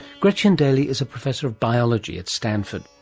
gretchen daily is a professor of biology at stanford.